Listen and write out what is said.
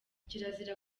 kirazira